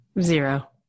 Zero